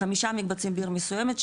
חמישה מקבצים בעיר מסוימת,